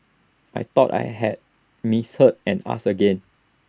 I thought I had misheard and asked again